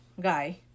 guy